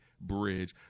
bridge